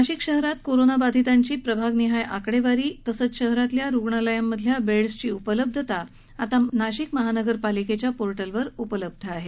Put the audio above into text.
नाशिक शहरात कोरोना बाधीतांची प्रभागनिहाय आकडेवारी तसंच शहरातल्या रूग्णालयामधल्या बेडसची उपलब्धता आता नाशिक महापालिकेच्या पो िवर उपलब्ध झाली आहे